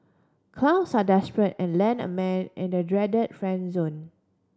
clowns are desperate and land a man in the dread friend zone